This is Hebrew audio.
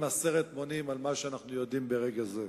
עשרת מונים על מה שאנחנו יודעים ברגע זה.